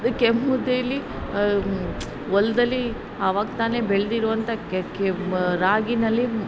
ಕೆಂಪು ಮುದ್ದೇಲಿ ಹೊಲ್ದಲ್ಲಿ ಅವಾಗ ತಾನೇ ಬೆಳೆದಿರುವಂಥ ಕ್ಯಾ ಕ್ಯಾ ರಾಗಿಯಲ್ಲಿ